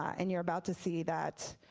and you're about to see that